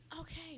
Okay